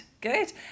good